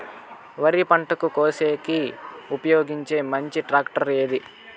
వరి పంట కోసేకి ఉపయోగించే మంచి టాక్టర్ ఏది?